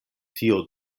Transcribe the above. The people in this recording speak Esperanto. tio